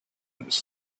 its